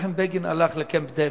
כאשר מנחם בגין הלך לקמפ-דייוויד,